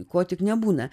ko tik nebūna